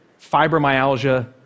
fibromyalgia